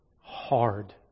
hard